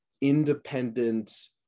independent